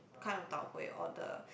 kind of Tau Huay or the